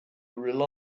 rely